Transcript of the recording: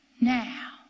now